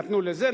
נתנו לזה,